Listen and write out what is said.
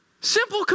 Simple